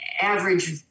average